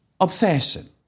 obsession